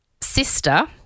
sister